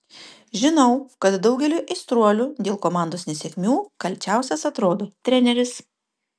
žinau kad daugeliui aistruolių dėl komandos nesėkmių kalčiausias atrodo treneris